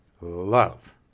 love